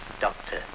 Doctor